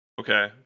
Okay